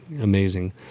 amazing